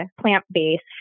plant-based